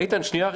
איתן, שנייה.